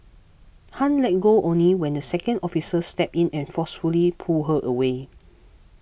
Han let go only when the second officer stepped in and forcefully pulled her away